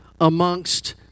amongst